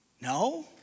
No